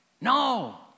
No